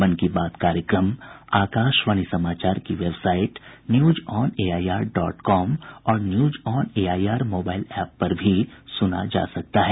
मन की बात कार्यक्रम आकाशवाणी समाचार की वेबसाइट न्यूजऑनएआईआर डॉट कॉम और न्यूजऑनएआईआर मोबाईल एप पर भी सुना जा सकता है